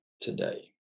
today